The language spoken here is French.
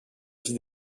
vie